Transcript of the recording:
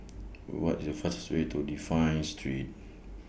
What IS The fastest Way to Dafne Street